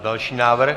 Další návrh.